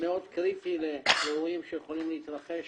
מאוד קריטי לאירועים שיכולים להתרחש